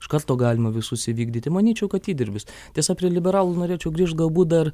iš karto galima visus įvykdyti manyčiau kad įdirbis tiesa prie liberalų norėčiau grįžt galbūt dar